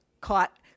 caught